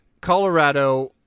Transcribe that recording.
Colorado